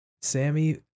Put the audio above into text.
Sammy